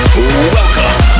Welcome